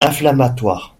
inflammatoires